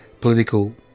political